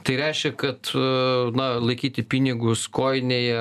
tai reiškia kad na laikyti pinigus kojinėje